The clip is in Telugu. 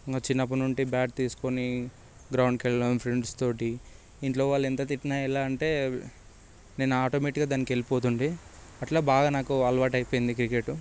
ఇంకా చిన్నప్పటి నుంచి బ్యాట్ తీసుకొని గ్రౌండ్కి వెళ్ళడం ఫ్రెండ్స్తో ఇంట్లో వాళ్ళు ఎంత తిట్టినా ఎలా అంటే నేను ఆటోమేటిక్గా దానికి వెళ్ళిపోయేది అట్లా బాగా నాకు అలవాటై పోయింది క్రికెట్